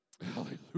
Hallelujah